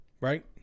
right